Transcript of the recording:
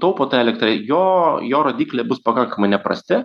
taupo tą elektrą ir jo jo rodikliai bus pakankamai neprasti